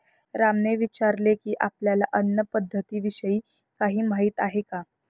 रामने विचारले की, आपल्याला अन्न पद्धतीविषयी काही माहित आहे का?